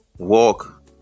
Walk